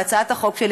והצעת החוק שלי,